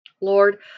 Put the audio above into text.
Lord